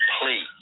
please